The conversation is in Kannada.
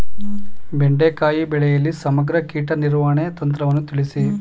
ಬೆಂಡೆಕಾಯಿ ಬೆಳೆಯಲ್ಲಿ ಸಮಗ್ರ ಕೀಟ ನಿರ್ವಹಣೆ ತಂತ್ರವನ್ನು ತಿಳಿಸಿ?